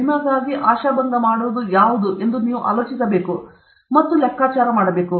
ನಿಮಗಾಗಿ ಆಶಾಭಂಗ ಮಾಡುವುದು ಯಾವುದು ನೀವು ಆಲೋಚಿಸಬೇಕು ಮತ್ತು ಲೆಕ್ಕಾಚಾರ ಮಾಡಬೇಕು